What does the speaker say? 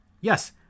Yes